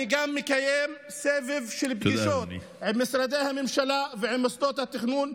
ואני גם מקיים סבב של פגישות עם משרדי הממשלה ועם מוסדות התכנון,